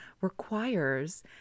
requires